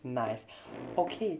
nice okay